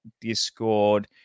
Discord